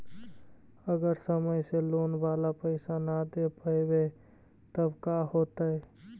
अगर समय से लोन बाला पैसा न दे पईबै तब का होतै?